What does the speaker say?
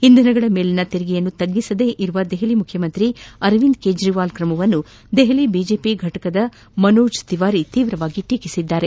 ಇಂಧನಗಳ ಮೇಲಿನ ತೆರಿಗೆಯನ್ನು ತಗ್ಗಿಸದಿರುವ ದೆಪಲಿ ಮುಖ್ಯಮಂತ್ರಿ ಅರವಿಂದ್ ಕೇಜ್ರವಾಲ್ ಕ್ರಮವನ್ನು ದೆಪಲಿ ಬಿಜೆಪಿ ಫಟಕದ ಮನೋಜ್ ತಿವಾರಿ ತೀವ್ರವಾಗಿ ಟೀಕಿಸಿದ್ದಾರೆ